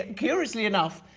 curiously enough,